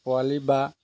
পোৱালী বা